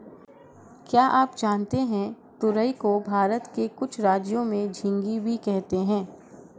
क्या आप जानते है तुरई को भारत के कुछ राज्यों में झिंग्गी भी कहते है?